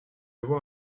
vois